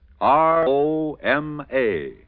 R-O-M-A